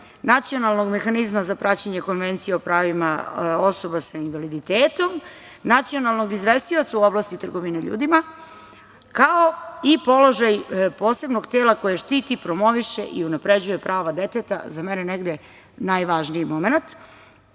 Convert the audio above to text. nacionalnog mehanizma za praćenje Konvencije o pravima osoba sa invaliditetom, nacionalnog izvestioca u oblasti trgovine ljudima, kao i položaj posebnog tela koje štiti, promoviše i unapređuje prava deteta, za mene negde najvažniji momenat.U